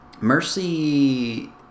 Mercy